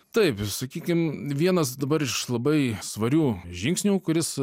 taip sakykim vienas dabar iš labai svarių žingsnių kuris